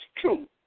true